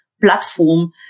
platform